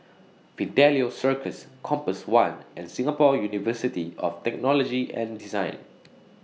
Fidelio Circus Compass one and Singapore University of Technology and Design